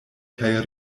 kaj